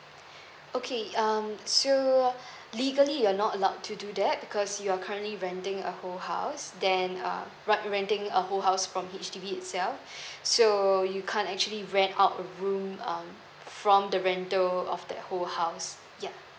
okay um so legally you're not allowed to do that because you're currently renting a whole house then um right renting a whole house from H_D_B itself so you can't actually rent out a room um from the rental of the whole house ya